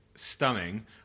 Stunning